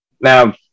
Now